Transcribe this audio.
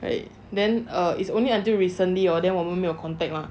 like then err it's only until recently err then 我们没有 contact mah